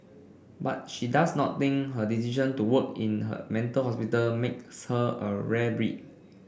but she does not think her decision to work in her mental hospital makes her a rare breed